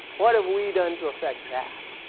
what have we done to affect that?